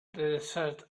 desert